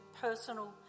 personal